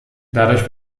dadurch